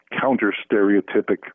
counter-stereotypic